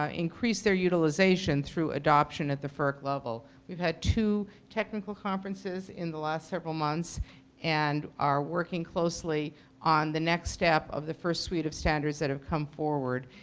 um increase their utilization through adoption at the ferc level. we've had two technical conferences in the last several months and are working closely on the next step of the first suite of standards that have come forward.